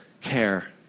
care